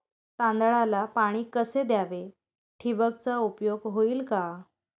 तांदळाला पाणी कसे द्यावे? ठिबकचा उपयोग होईल का?